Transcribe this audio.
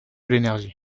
l’énergie